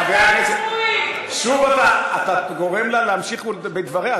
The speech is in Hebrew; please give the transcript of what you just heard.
חבר הכנסת, שוב אתה, אתה גורם לה להמשיך בדבריה.